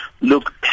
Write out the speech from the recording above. Look